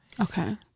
Okay